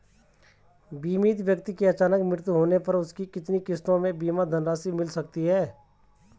बीमित व्यक्ति के अचानक मृत्यु होने पर उसकी कितनी किश्तों में बीमा धनराशि मिल सकती है?